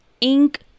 ink